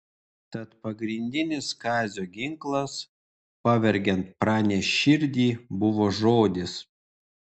tad pagrindinis kazio ginklas pavergiant pranės širdį buvo žodis